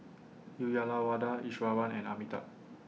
Uyyalawada Iswaran and Amitabh